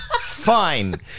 Fine